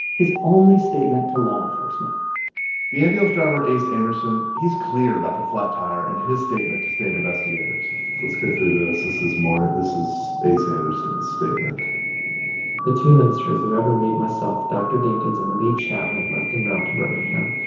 his only statement to law enforcement the ambulance driver, ace anderson he's clear about the flat tire in his statement to state investigators let's go through this. this is more this is ace anderson's statement the two ministers, the reverend reeb, myself, dr. dinkins and lee chapman left en and route to birmingham.